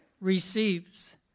receives